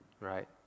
right